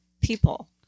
people